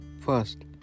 first